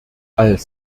als